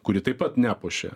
kuri taip pat nepuošia